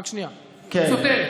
היא סותרת.